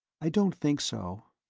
i don't think so.